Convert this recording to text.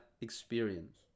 experience